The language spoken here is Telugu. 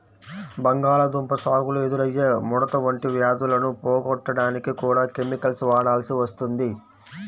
బంగాళాదుంప సాగులో ఎదురయ్యే ముడత వంటి వ్యాధులను పోగొట్టడానికి కూడా కెమికల్స్ వాడాల్సి వస్తుంది